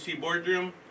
Boardroom